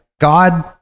God